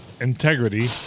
integrity